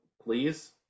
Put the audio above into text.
please